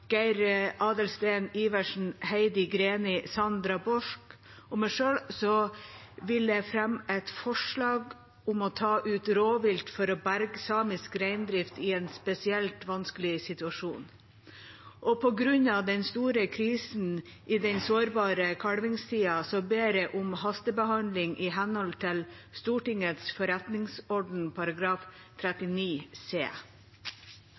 Geir Adelsten Iversen, Heidi Greni, Sandra Borch og meg selv vil jeg også fremme et forslag om å ta ut rovvilt for å berge samisk reindrift i en spesielt vanskelig situasjon. På grunn av den store krisen i den sårbare kalvingstida ber jeg om hastebehandling i henhold til Stortingets forretningsorden § 39 c.